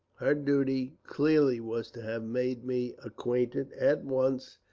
her duty clearly was to have made me acquainted, at once,